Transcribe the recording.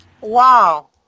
Wow